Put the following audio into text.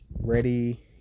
ready